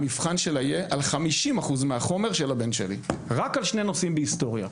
המבחן שלה יהיה על 50% מהחומר של הבן שלי רק על שני נושאים בהיסטוריה.